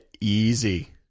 Easy